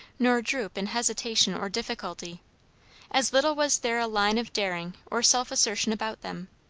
nor droop in hesitation or difficulty as little was there a line of daring or self-assertion about them.